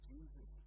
Jesus